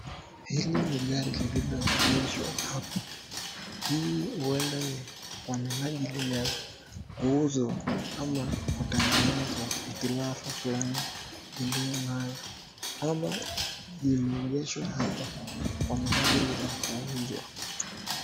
Hili ni gari liloegeshwa hapa